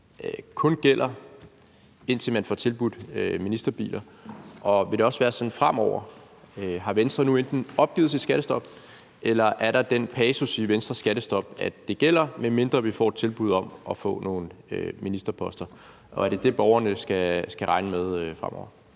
kun gælder, indtil man får tilbudt ministerbiler, og om det også vil være sådan fremover. Har Venstre nu enten opgivet sit skattestop, eller er der den passus i forhold til Venstres skattestop, at det gælder, medmindre man får et tilbud om at få nogle ministerposter? Og er det det, borgerne skal regne med fremover?